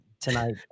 tonight